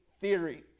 theories